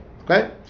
okay